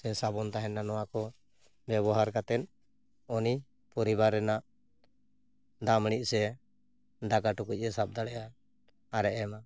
ᱥᱮ ᱥᱟᱵᱚᱱ ᱛᱟᱦᱮᱱᱟ ᱱᱚᱣᱟ ᱠᱚ ᱵᱮᱵᱚᱦᱟᱨ ᱠᱟᱛᱮᱫ ᱩᱱᱤ ᱯᱚᱨᱤᱵᱟᱨ ᱨᱮᱱᱟᱜ ᱫᱟᱜᱢᱟᱹᱲᱤ ᱥᱮ ᱫᱟᱠᱟ ᱴᱩᱠᱩᱡᱮ ᱥᱟᱵ ᱫᱟᱲᱮᱜᱼᱟ ᱟᱨᱮ ᱮᱢᱟ